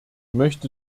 möchte